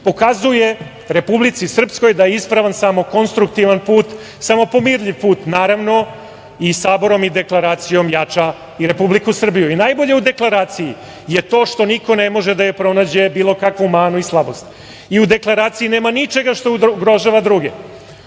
pokazuje Republici Srpskoj da je ispravan samo konstruktivan put, samo pomirljiv put naravno i saborom i deklaracijom jača i Republiku Srbiju. Najbolje u deklaraciji je to što niko ne može da joj pronađe bilo kakvu manu i slabost i u deklaraciji nema ničega što ugrožava druge. Dakle,